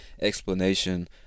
explanation